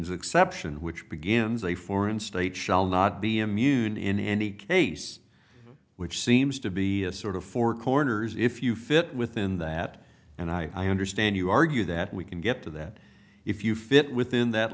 s exception which begins a foreign state shall not be amused in any case which seems to be a sort of four corners if you fit within that and i understand you argue that we can get to that if you fit within that